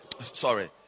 Sorry